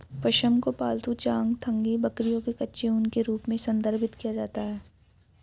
पश्म को पालतू चांगथांगी बकरियों के कच्चे ऊन के रूप में संदर्भित किया जाता है